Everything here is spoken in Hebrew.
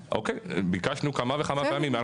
ביקשנו כמה וכמה פעמים,